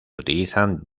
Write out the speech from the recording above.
utilizan